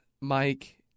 Mike